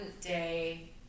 day